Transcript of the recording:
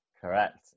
Correct